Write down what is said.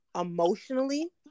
emotionally